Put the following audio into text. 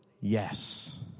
Yes